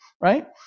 right